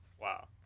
Wow